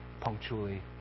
punctually